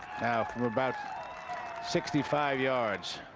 from about sixty five yards,